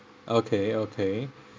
okay okay